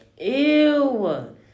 Ew